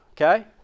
okay